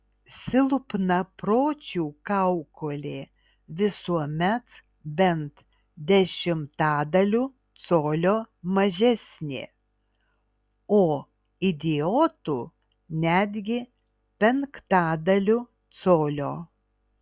silpnapročių kaukolė visuomet bent dešimtadaliu colio mažesnė o idiotų netgi penktadaliu colio